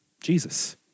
Jesus